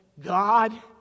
God